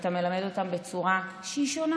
שאתה מלמד אותם בצורה שהיא שונה,